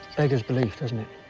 beggars belief, doesn't it?